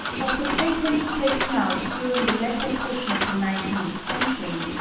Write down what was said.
of the patents taken out during the latter portion of the nineteenth century,